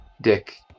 Dick